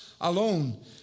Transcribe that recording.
alone